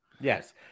Yes